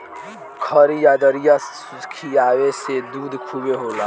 खरी आ दरिया खिआवे से दूध खूबे होला